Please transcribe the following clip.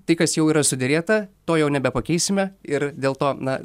tai kas jau yra suderėta to jau nebepakeisime ir dėl to na